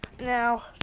Now